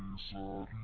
sir,